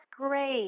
great